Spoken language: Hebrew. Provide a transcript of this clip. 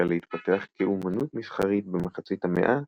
שהחל להתפתח כאומנות מסחרית במחצית המאה,